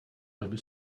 doby